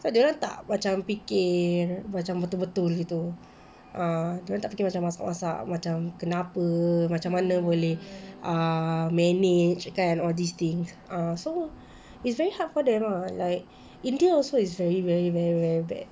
so dorang tak macam fikir macam betul-betul gitu ah dorang tak fikir masak-masak macam kenapa macam mana boleh uh manage kan all these things ah so it's very hard for them ah like india also is very very very bad